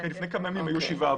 כן, לפני כמה ימים היו שבעה.